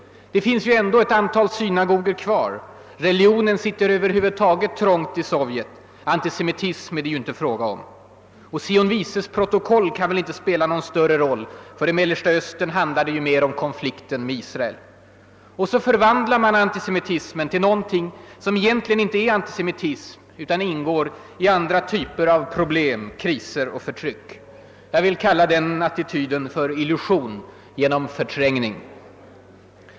Det finns ju ändå ett antal synagogor kvar och religionen sitter över huvud taget trångt i Sovjet; antisemitism är det inte fråga om, Och »Sions vises protokoll» kan väl inte spela någon större roll; i Mellersta Östern handlar det mera om konflikten med Israel. Så förvandlar man antisemitismen till någonting som egentligen inte är antisemitism utan ingår i andra typer av problem, kriser och förtryck. Jag vill kalla den attityden illusion genom förträngning.